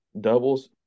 doubles